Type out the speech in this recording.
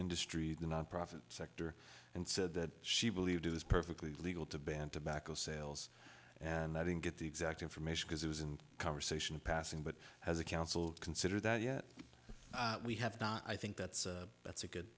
industry the nonprofit sector and said that she believed this perfectly legal to ban tobacco sales and i didn't get the exact information because it was in conversation in passing but as a counsel consider that yet we have not i think that's that's a good